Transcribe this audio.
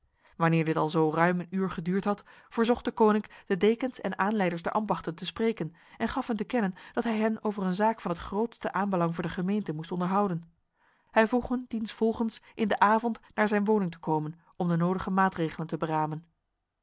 wanneer dit alzo ruim een uur geduurd had verzocht deconinck de dekens en aanleiders der ambachten te spreken en gaf hun te kennen dat hij hen over een zaak van het grootste aanbelang voor de gemeente moest onderhouden hij vroeg hun diensvolgens in de avond naar zijn woning te komen om de nodige maatregelen te beramen